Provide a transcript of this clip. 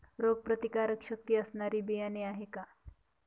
रोगप्रतिकारशक्ती असणारी बियाणे आहे का?